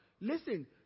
listen